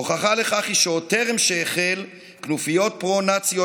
הוכחה לכך היא שעוד טרם שהחל כנופיות פרו-נאציות